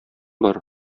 бар